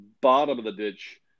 bottom-of-the-ditch